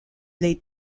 les